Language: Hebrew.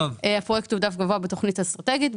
הפרויקט הועדף גבוה בתוכנית האסטרטגית.